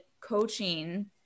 coaching